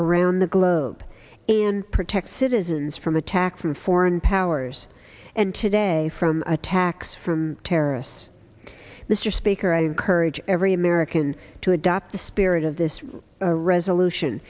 around the globe and protect citizens from attack from foreign powers and today from attacks from terrorists mr speaker i courage every american to adopt the spirit of this resolution